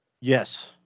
yes